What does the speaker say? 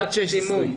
עד 16 בדיקות.